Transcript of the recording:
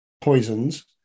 poisons